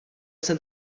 jsem